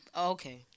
Okay